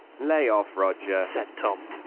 lay off, roger, said tom.